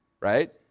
right